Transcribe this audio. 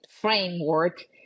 framework